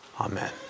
Amen